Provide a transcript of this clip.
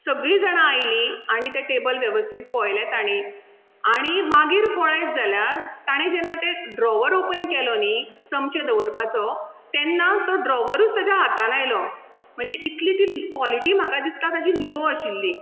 सगळीं जाणां आयलीं आनी तें टेबल वेवस्थीत पळयलें तांणी आनी मागीर पळयत जाल्यार तांणी जेन्ना तें ड्रॉवर ओपन केलो न्ही चमचे दवरपाचो तेन्ना तो ड्रॉवरूच ताज्या हातांत आयलो म्हणजे इतली ती कॉलेटी म्हाका दिसता ताजी लो आशिल्ली